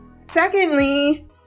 secondly